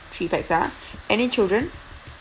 three pax ah any children